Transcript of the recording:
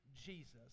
Jesus